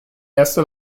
erste